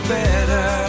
better